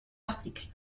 article